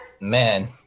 man